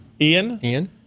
Ian